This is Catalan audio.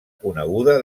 coneguda